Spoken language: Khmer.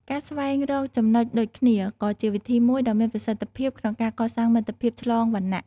ការស្វែងរកចំណុចដូចគ្នាក៏ជាវិធីមួយដ៏មានប្រសិទ្ធភាពក្នុងការកសាងមិត្តភាពឆ្លងវណ្ណៈ។